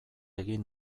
egin